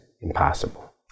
impossible